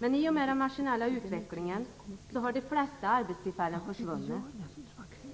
Men i och med den maskinella utvecklingen har de flesta arbetstillfällen försvunnit.